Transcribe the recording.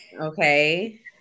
Okay